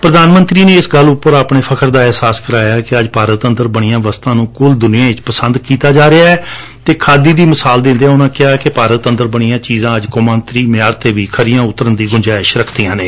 ਪ੍ਰਧਾਨ ਮੰਤਰੀ ਨੇ ਇਸ ਗੱਲ ਉਂਪਰ ਆਪਣੇ ਫਖਰ ਦੇ ਏਹਸਾਸ ਕਰਵਾਇਆ ਕਿ ਅੱਜ ਭਾਰਤ ਅੰਦਰ ਬਣੀਆਂ ਵਸਤਾਂ ਨੂੰ ਕੁੱਲ ਦੁਨੀਆ ਵਿਚ ਪਸੰਦ ਕੀਤਾ ਜਾ ਰਿਹੈ ਅਤੇ ਖਾਦੀ ਦੀ ਮਿਸਾਲ ਦਿੰਦਿਆਂ ਉਨ੍ਹਾਂ ਕਿਹਾ ਕਿ ਭਾਰਤ ਅੰਦਰ ਬਣੀਆਂ ਚੀਜਾਂ ਅੱਜ ਕੌਮਾਂਤਰੀ ਮਿਆਰ ਤੇ ਵੀ ਖਰੀਆਂ ਉਤਰਣ ਦੀ ਗੁੰਜਾਇਸ਼ ਰੱਖਦੀਆਂ ਨੇ